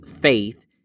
faith